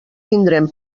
tindrem